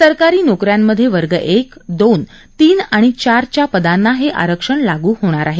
सरकारी नोकऱ्यांमध्ये वर्ग एक दोन तीन आणि चार च्या पदांना हे आरक्षण लागू होणार आहे